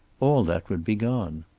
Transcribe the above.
all that would be gone.